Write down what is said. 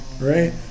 Right